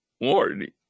Warning